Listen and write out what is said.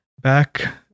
back